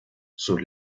sus